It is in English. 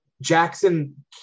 Jackson